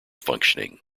functioning